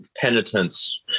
penitence